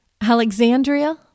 Alexandria